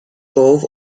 cove